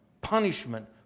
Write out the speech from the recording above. punishment